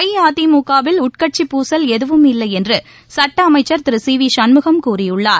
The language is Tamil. அஇஅதிமுக வில் உட்கட்சி பூசல் எதுவும் இல்லையென்று சுட்ட அமைச்சர் திரு சி வி சண்முகம் கூறியுள்ளார்